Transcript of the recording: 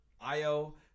io